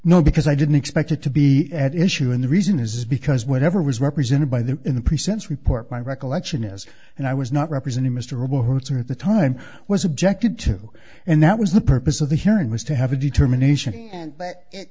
no because i didn't expect it to be at issue and the reason is because whatever was represented by the in the present report my recollection is and i was not representing mr obuchi at the time was objected to and that was the purpose of the hearing was to have a determination and